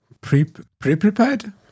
pre-prepared